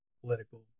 political